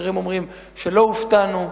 אחרים אומרים שלא הופתענו.